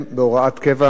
בהוראת קבע,